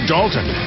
Dalton